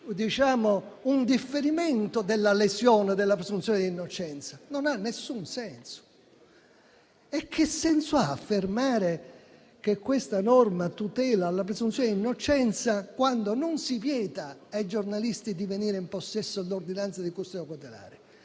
un differimento della lesione della presunzione di innocenza, non ha nessun senso. Che senso ha affermare che questa norma tutela la presunzione di innocenza quando non si vieta ai giornalisti di venire in possesso dell'ordinanza di custodia cautelare?